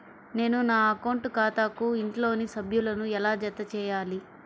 నేను నా అకౌంట్ ఖాతాకు ఇంట్లోని సభ్యులను ఎలా జతచేయాలి?